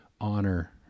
honor